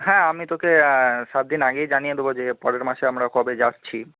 হ্যাঁ আমি তোকে সাতদিন আগেই জানিয়ে দেবো যে পরের মাসে আমরা কবে যাচ্ছি